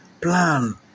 plan